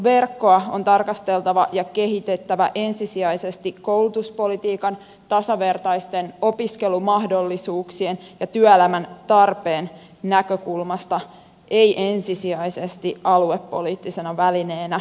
ammattikorkeakouluverkkoa on tarkasteltava ja kehitettävä ensisijaisesti koulutuspolitiikan tasavertaisten opiskelumahdollisuuksien ja työelämän tarpeen näkökulmasta ei ensisijaisesti aluepoliittisena välineenä